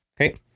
Okay